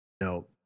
No